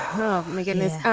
oh my goodness.